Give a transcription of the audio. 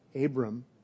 Abram